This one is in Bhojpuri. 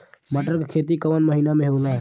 मटर क खेती कवन महिना मे होला?